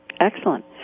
Excellent